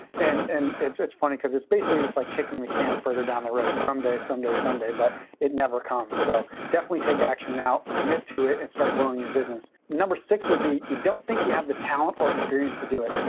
and and it's it's funny cause it's basically just like kicking the can further down the road, someday, someday, someday, but it never comes. so definitely take action now. commit to it, and start growing your business. number six would be you don't think you have the talent or experience to do it.